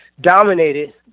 dominated